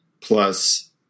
plus